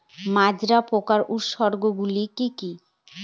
মাজরা পোকার উপসর্গগুলি কি কি?